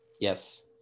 Yes